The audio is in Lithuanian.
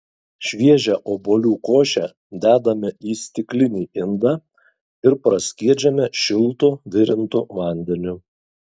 šviežią obuolių košę dedame į stiklinį indą ir praskiedžiame šiltu virintu vandeniu